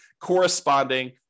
corresponding